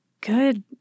good